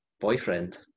boyfriend